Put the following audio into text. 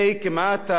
והיחידה.